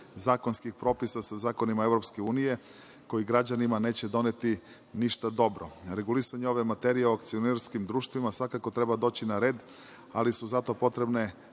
zakonskih propisa sa zakonima EU, koji građanima neće doneti ništa dobro. Regulisanje ove materije o akcionarskim društvima svakako treba da dođe na red, ali su za to potrebne